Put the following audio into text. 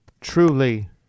Truly